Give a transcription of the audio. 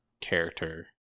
character